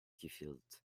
gefehlt